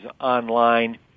online